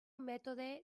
mètode